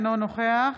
אינו נוכח